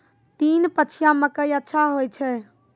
तीन पछिया मकई अच्छा होय छै?